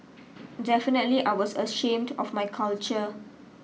definitely I was ashamed of my culture